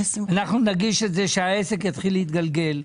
אנחנו נגיש את זה, שהעסק יתחיל להתגלגל.